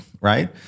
Right